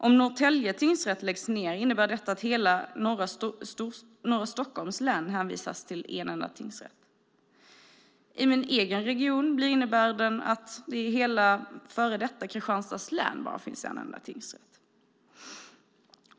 Om Norrtälje tingsrätt läggs ned innebär detta att hela norra Stockholms län hänvisas till en enda tingsrätt. I min egen region blir innebörden att det i hela före detta Kristianstads län finns bara en enda tingsrätt.